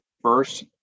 first